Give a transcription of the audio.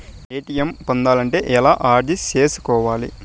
ATM పొందాలంటే ఎలా అర్జీ సేసుకోవాలి?